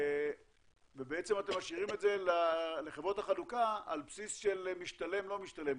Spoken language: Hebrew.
ואתם משאירים את זה לחברות החלוקה על בסיס "משתלם/לא משתלם,